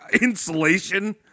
insulation